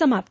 समाप्त